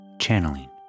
Channeling